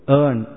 earn